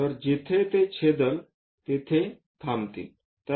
तर जिथे ते छेदेल तिथे थांबतील